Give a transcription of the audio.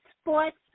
Sports